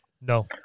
No